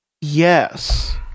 Yes